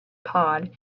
pod